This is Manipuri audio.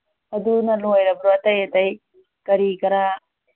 ꯑꯗꯨꯅ ꯂꯣꯏꯔꯕ꯭ꯔꯣ ꯑꯇꯩ ꯑꯇꯩ ꯀꯔꯤ ꯀꯔꯥ